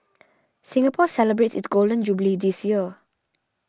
Singapore celebrates its Golden Jubilee this year